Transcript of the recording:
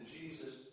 Jesus